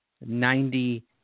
ninety